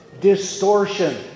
distortion